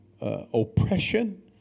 oppression